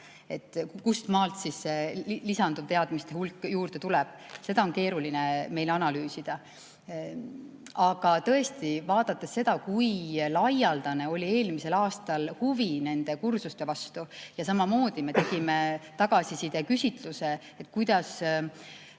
kustmaalt siis lisanduv teadmiste hulk juurde tuleb. Seda on keeruline meil analüüsida. Aga tõesti, vaadates seda, kui laialdane oli eelmisel aastal huvi nende kursuste vastu, ja samamoodi seda, et kui me tegime tagasisideküsitluse, kuidas